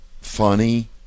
funny